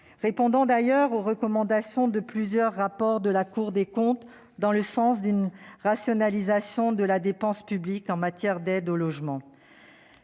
réponse d'ailleurs aux recommandations de plusieurs rapports de la Cour des comptes qui appelait à une rationalisation de la dépense publique en matière d'aide au logement.